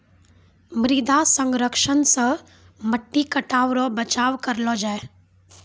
मृदा संरक्षण से मट्टी कटाव रो बचाव करलो जाय